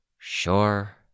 Sure